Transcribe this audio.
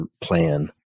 plan